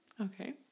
Okay